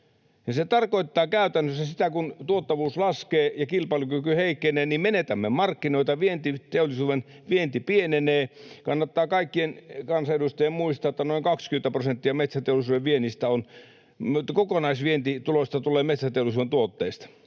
Se tarkoittaa käytännössä sitä, kun tuottavuus laskee ja kilpailukyky heikkenee, että menetämme markkinoita ja teollisuuden vienti pienenee. Kannattaa kaikkien kansanedustajien muistaa, että noin 20 prosenttia kokonaisvientituloista tulee metsäteollisuuden tuotteista.